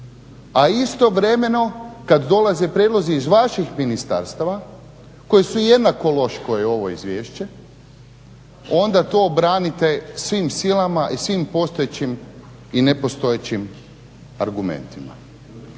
A istovremeno kad dolaze prijedlozi iz vaših ministarstava koji su jednako loši kao i ovo izvješće, onda to branite svim silama i svim postojećim i nepostojećim argumentima.